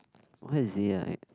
what is it ah I